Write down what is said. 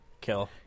kill